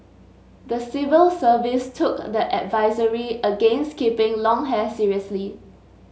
the civil service took the advisory against keeping long hair seriously